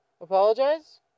apologize